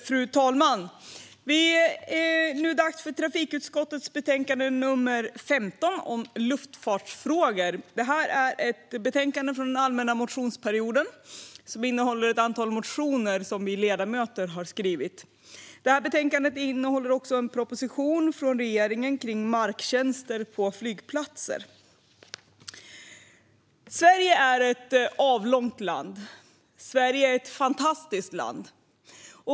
Fru talman! Vi ska nu debattera trafikutskottets betänkande 15 om luftfartsfrågor. Detta är ett betänkande med motioner från allmänna motionstiden. I betänkandet behandlas också en proposition från regeringen om marktjänster på flygplatser. Sverige är ett avlångt land. Sverige är ett fantastiskt land.